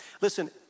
Listen